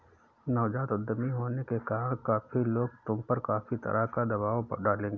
नवजात उद्यमी होने के कारण काफी लोग तुम पर काफी तरह का दबाव डालेंगे